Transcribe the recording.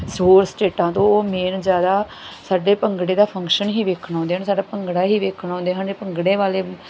ਹੋਰ ਸਟੇਟਾਂ ਤੋਂ ਉਹ ਮੇਨ ਜ਼ਿਆਦਾ ਸਾਡੇ ਭੰਗੜੇ ਦਾ ਫੰਕਸ਼ਨ ਹੀ ਵੇਖਣ ਆਉਂਦੇ ਹਨ ਸਾਡਾ ਭੰਗੜਾ ਹੀ ਵੇਖਣ ਆਉਂਦੇ ਹਨ ਭੰਗੜੇ ਵਾਲੇ